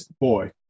Boy